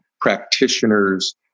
practitioners